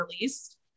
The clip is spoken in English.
released